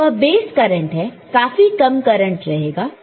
तो वह base current है काफी कम करंट रहेगा